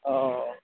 অঁ